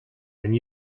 and